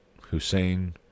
Hussein